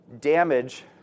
damage